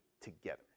together